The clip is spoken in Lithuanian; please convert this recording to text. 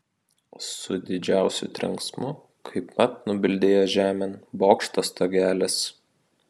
su didžiausiu trenksmu kaip mat nubildėjo žemėn bokšto stogelis